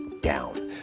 down